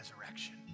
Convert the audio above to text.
resurrection